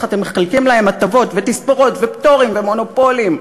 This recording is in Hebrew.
אתם מחלקים להם הטבות ותספורות ופטורים ומונופולים?